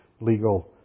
legal